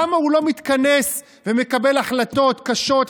למה הוא לא מתכנס ומקבל החלטות קשות,